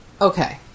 Okay